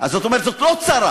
אז זאת אומרת, זאת לא צרה,